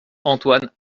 antoine